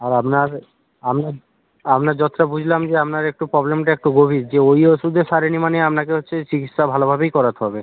আর আপনার আমি আপনার যতটা বুঝলাম যে আপনার একটু প্রবলেমটা একটু গভীর যে ওই ওষুধে সারেনি মানে আপনাকে হচ্ছে চিকিৎসা ভালোভাবেই করাতে হবে